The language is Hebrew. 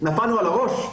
נפלנו על הראש?